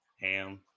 ham